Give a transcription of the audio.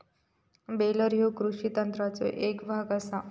baler ह्यो कृषी यंत्राचो एक भाग आसा